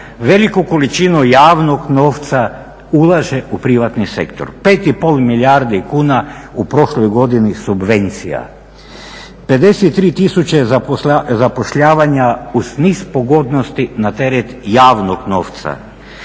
veliku količinu javnog novca ulaže u privatni sektor. 5 i pol milijardi kuna u prošloj godini subvencija, 53000 zapošljavanja uz niz pogodnosti na teret javnog novca.